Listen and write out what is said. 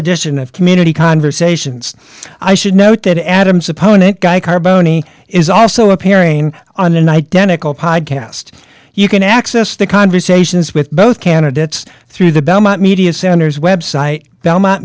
edition of community conversations i should note that adams opponent guy carbone e is also appearing on an identical podcast you can access the conversations with both candidates through the belmont media centers website belmont